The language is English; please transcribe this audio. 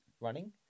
running